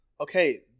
Okay